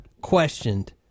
questioned